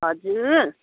हजुर